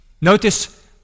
Notice